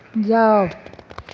जाउ